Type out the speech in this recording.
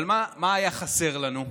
אבל מה היה חסר לנו?